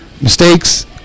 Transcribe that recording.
mistakes